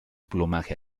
plumaje